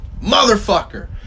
motherfucker